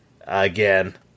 again